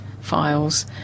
files